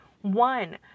one